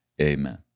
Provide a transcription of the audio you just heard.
Amen